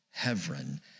Hevron